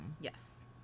Yes